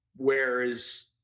Whereas